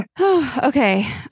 Okay